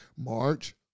March